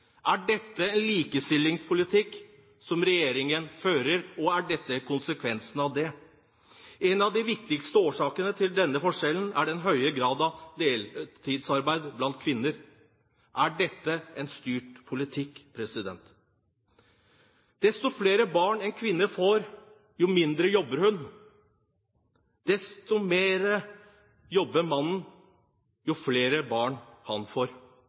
er dette en konsekvens av det? En av de viktigste årsakene til denne forskjellen er den høye grad av deltidsarbeid blant kvinner. Er dette en styrt politikk? Jo flere barn en kvinne får, desto mindre jobber hun. Derimot jobber mannen mer, jo flere barn han får